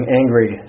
angry